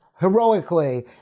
heroically